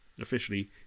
Officially